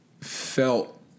felt